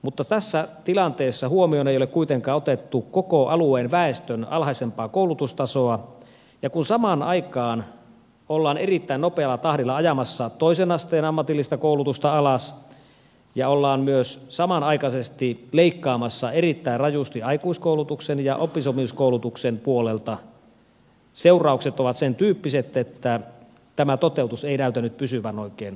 mutta tässä tilanteessa huomioon ei ole kuitenkaan otettu koko alueen väestön alhaisempaa koulutustasoa ja kun samaan aikaan ollaan erittäin nopealla tahdilla ajamassa toisen asteen ammatillista koulutusta alas ja ollaan myös samanaikaisesti leikkaamassa erittäin rajusti aikuiskoulutuksen ja oppisopimuskoulutuksen puolelta seuraukset ovat sentyyppiset että tämä toteutus ei näytä nyt pysyvän oikein hallinnassa